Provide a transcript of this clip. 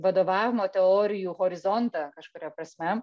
vadovavimo teorijų horizontą kažkuria prasme